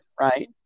right